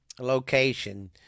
location